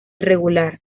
irregular